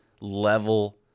level